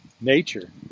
nature